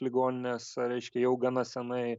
ligoninės reiškia jau gana senai